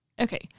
Okay